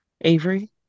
Avery